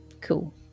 Cool